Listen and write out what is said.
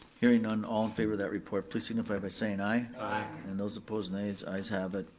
hearing on all in favor of that report, please signify by saying aye. aye. and those opposed nay, ayes have it,